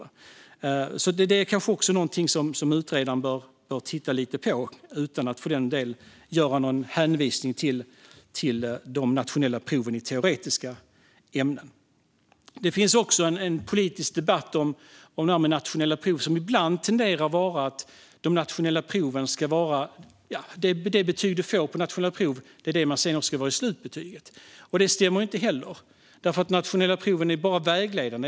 Detta kanske också är något som utredaren bör titta lite på, utan att för den delen göra någon hänvisning till de nationella proven i teoretiska ämnen. I den politiska debatten om detta med nationella prov tenderar man också ibland att mena att det betyg du får på nationella prov är det du sedan också ska ha i slutbetyg. Detta stämmer inte heller. De nationella proven är bara vägledande.